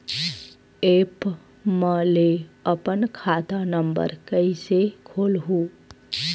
App म ले अपन खाता नम्बर कइसे खोलहु?